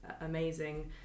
amazing